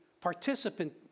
participant